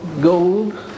gold